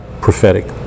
prophetic